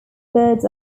birds